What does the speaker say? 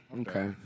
okay